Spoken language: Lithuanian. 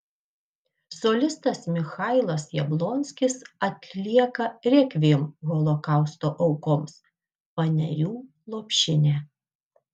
solistas michailas jablonskis atlieka rekviem holokausto aukoms panerių lopšinę